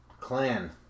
Clan